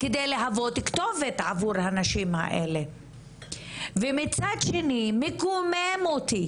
כדי להוות כתובת עבור הנשים האלה ומצד שני מקומם אותי